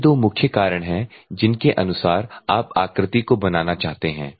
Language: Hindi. ये दो मुख्य कारण हैं जिनके अनुसार आप आकृति को बनाना चाहते हैं